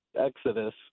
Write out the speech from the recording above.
Exodus